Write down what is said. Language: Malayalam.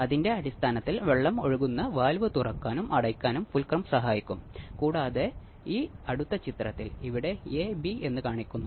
ഞാൻ ട്രാൻസിസ്റ്റർ ആംപ്ലിഫയർ ഉപയോഗിക്കുന്നുണ്ടോ എന്ന് നിങ്ങൾക്ക് ഇവിടെ കാണാൻ കഴിയും